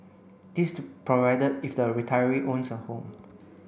this is provided if the retiree owns a home